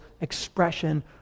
expression